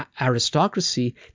aristocracy